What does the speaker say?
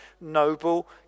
noble